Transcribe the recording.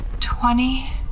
twenty